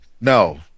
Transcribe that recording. No